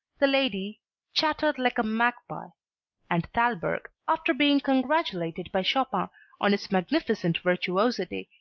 the lady chattered like a magpie and thalberg, after being congratulated by chopin on his magnificent virtuosity,